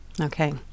Okay